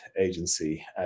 agency